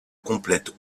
complète